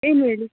ಏನು ಹೇಳಿ